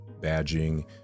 badging